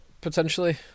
potentially